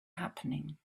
happening